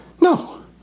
No